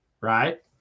right